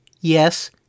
Yes